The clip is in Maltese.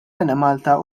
enemalta